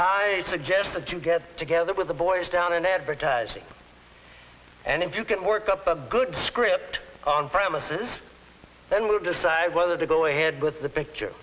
i suggest that you get together with the boys down in advertising and if you can work up a good script on premises then we'll decide whether to go ahead with the picture